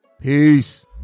peace